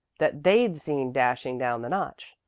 that they'd seen dashing down the notch.